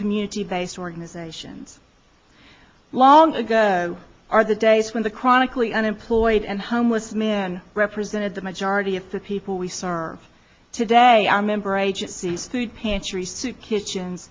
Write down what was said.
community based organizations long ago are the days when the chronically unemployed and homeless men represented the majority of the people we serve today our member agencies food pantry soup kitchens